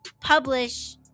publish